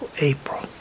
April